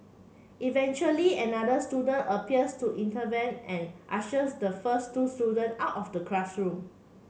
eventually another student appears to intervene and ushers the first two student out of the classroom